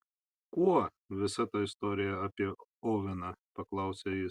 kuo visa ta istorija apie oveną paklausė jis